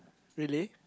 really